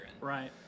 right